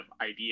idea